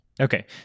okay